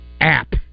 app